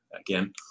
again